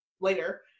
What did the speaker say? later